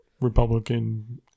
Republican